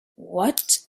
what